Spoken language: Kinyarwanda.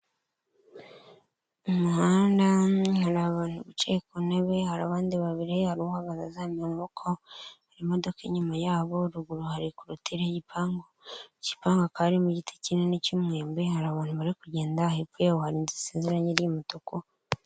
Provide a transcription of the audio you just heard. Umuhanda hari abantu bicaye ku ntebe hari abandi babiri ya uhagaze uzamuye amaboko, hari imodoka inyuma yabo ruguru hari kurotire igipangu kipangu karimo igiti kinini cy'umwehembe hari abantu bari kugenda hepfo yawo hari inzu isize irangi ry'umutuku.